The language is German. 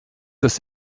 das